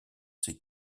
ses